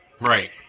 Right